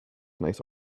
nice